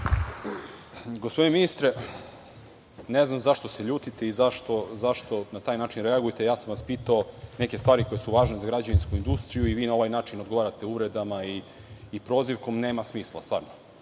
Gospodine ministre, ne znam zašto se ljutite i zašto na taj način reagujete, pitao sam vas neke stvari koje su važne za građevinsku industriju i vi na ovaj način odgovarate uvredama i prozivskom, nema smisla. Ali, to